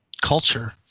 culture